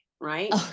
right